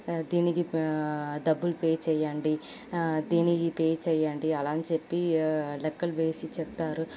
దీనికి డబ్బులు పే చేయండి దీనికి పే చేయండి అలా అని చెప్పి లెక్కలు వేసి చెప్తారు